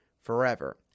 forever